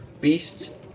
beasts